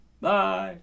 bye